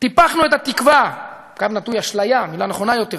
טיפחנו את התקווה/אשליה, מילה נכונה יותר,